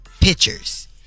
pictures